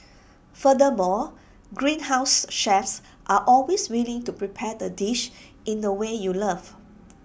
furthermore Greenhouse's chefs are always willing to prepare the dish in the way you love